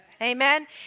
Amen